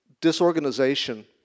disorganization